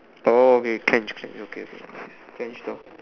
oh okay clenched clenched okay okay okay clenched ah